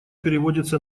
переводится